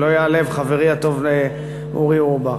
שלא ייעלב חברי הטוב אורי אורבך.